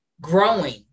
growing